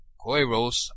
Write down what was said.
Coiros